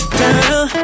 girl